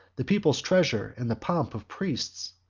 the people's treasure, and the pomp of priests.